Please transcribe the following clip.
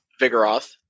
Vigoroth